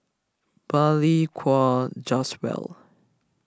Balli Kaur Jaswal